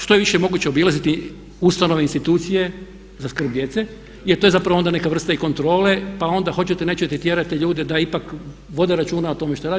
Što je više moguće obilaziti ustanove, institucije za skrb djece, jer to je zapravo onda neka vrsta i kontrole, pa onda hoćete, nećete tjerate ljude da ipak vode računa o tome što rade.